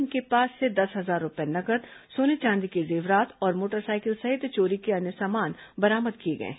इनके पास से दस हजार रूपये नगद सोने चांदी के जेवरात और मोटरसाइकिल सहित चोरी के अन्य सामान बरामद किए गए हैं